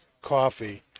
coffee